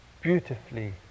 beautifully